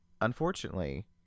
unfortunately